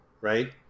right